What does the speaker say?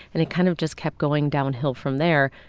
and it kind of just kept going downhill from there,